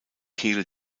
kehle